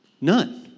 None